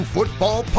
Football